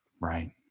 Right